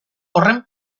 horren